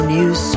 News